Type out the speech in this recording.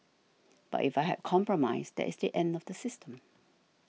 but if I had compromised that is the end of the system